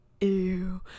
Ew